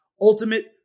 Ultimate